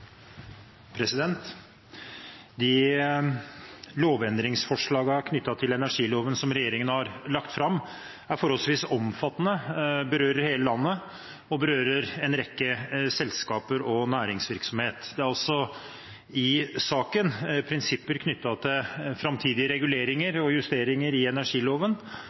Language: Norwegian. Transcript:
forholdsvis omfattende, berører hele landet og berører en rekke selskaper og næringsvirksomheter. Det er i saken også prinsipper knyttet til framtidige reguleringer og justeringer i energiloven